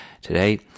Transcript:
Today